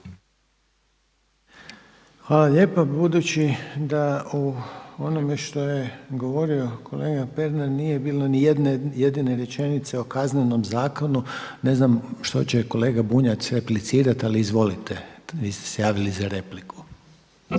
Hvala lijepa. Budući da u onome što je govorio kolega Pernar nije bilo ni jedne jedine rečenice o Kaznenom zakonu, ne znam što će kolega Bunjac replicirati ali izvolite, vi ste se javili za repliku.